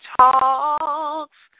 talks